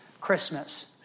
Christmas